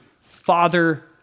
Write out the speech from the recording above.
father